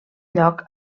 lloc